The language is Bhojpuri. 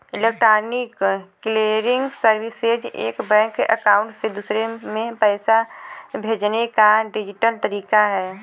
इलेक्ट्रॉनिक क्लियरिंग सर्विसेज एक बैंक अकाउंट से दूसरे में पैसे भेजने का डिजिटल तरीका है